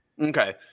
Okay